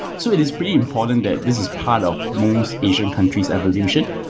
so it is really important that this is part of most asian countries evolution.